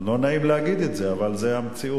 לא נעים להגיד את זה, אבל זאת המציאות.